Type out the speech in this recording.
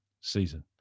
season